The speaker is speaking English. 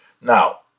Now